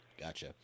gotcha